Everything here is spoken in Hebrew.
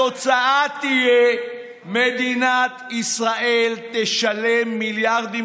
התוצאה תהיה שמדינת ישראל תשלם מיליארדים